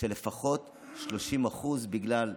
של לפחות 30%, בגלל דיווח,